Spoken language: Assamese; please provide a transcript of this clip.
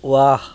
ৱাহ